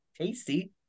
tasty